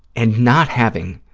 and not having